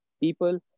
people